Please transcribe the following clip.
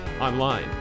online